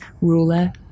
ruler